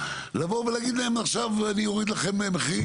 לבוא ולהגיד להם עכשיו אני אוריד לכם מחירים.